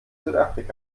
südafrika